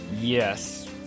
yes